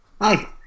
Hi